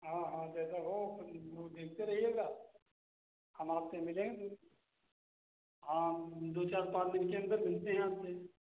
हाँ हाँ जैसा हो अपन वो देखते रहिएगा हम आपसे मिलेंगे हाँ हम दो चार पाँच दिन के अन्दर मिलते हैं आपसे